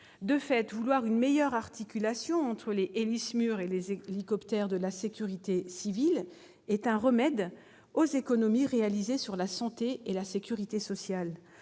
De fait, une meilleure articulation entre les Héli-SMUR et les hélicoptères de la sécurité civile constitue un remède aux économies réalisées sur la santé et la sécurité sociale.